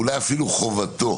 ואולי אפילו חובתו.